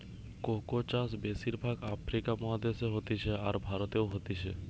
cocoa চাষ বেশির ভাগ আফ্রিকা মহাদেশে হতিছে, আর ভারতেও হতিছে